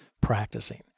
practicing